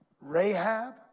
Rahab